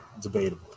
debatable